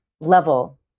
level